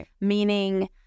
meaning